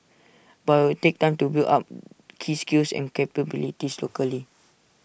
but IT will take time to build up key skills and capabilities locally